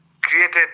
created